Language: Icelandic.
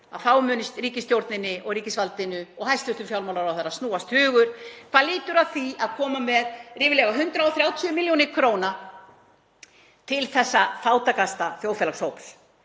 þá muni ríkisstjórninni, ríkisvaldinu og hæstv. fjármálaráðherra snúast hugur hvað lýtur að því að koma með ríflega 130 millj. kr. til þessa fátækasta þjóðfélagshóps.